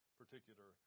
particular